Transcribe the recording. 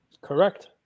Correct